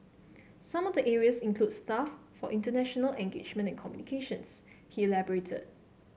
some of the areas include staff for international engagement and communications he elaborated